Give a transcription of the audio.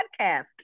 podcast